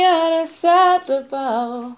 unacceptable